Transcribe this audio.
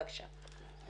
בבקשה.